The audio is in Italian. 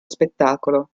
spettacolo